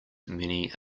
many